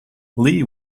lee